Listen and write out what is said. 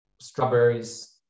strawberries